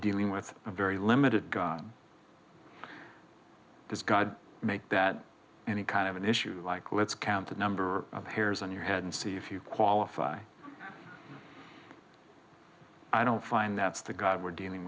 dealing with a very limited god does god make that any kind of an issue like let's count the number of hairs on your head and see if you qualify i don't find that's the god we're dealing